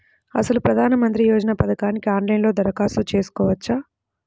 అసలు ప్రధాన మంత్రి యోజన పథకానికి ఆన్లైన్లో దరఖాస్తు చేసుకోవచ్చా?